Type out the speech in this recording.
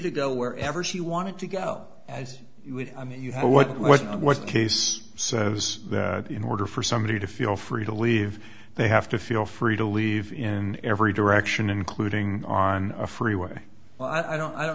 to go wherever she wanted to go as you would i mean you have what was the case so it was in order for somebody to feel free to leave they have to feel free to leave in every direction including on a freeway well i don't i don't